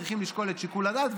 צריכים לשקול את שיקול הדעת,